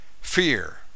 Fear